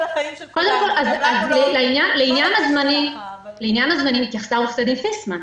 לעניין זמנים התייחסה עורכת הדין פיסמן.